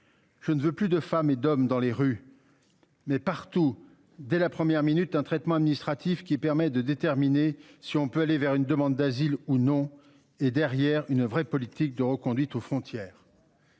Je ne veux plus de femmes et d'hommes dans les rues. Mais partout dès la première minute un traitement administratif qui permet de déterminer si on peut aller vers une demande d'asile ou non et derrière une vraie politique de reconduite aux frontières.--